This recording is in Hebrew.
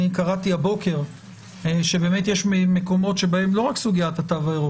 אני קראתי הבוקר שבאמת יש מקומות שבהם לא רק סוגיית התו הירוק,